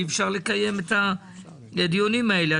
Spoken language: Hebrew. כך אי-אפשר לקיים את הדיונים האלה.